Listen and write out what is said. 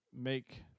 make